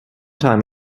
time